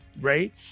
right